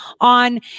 on